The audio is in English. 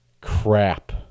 crap